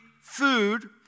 food